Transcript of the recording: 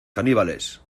caníbales